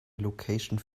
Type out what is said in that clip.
location